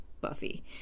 Buffy